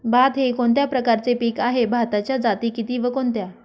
भात हे कोणत्या प्रकारचे पीक आहे? भाताच्या जाती किती व कोणत्या?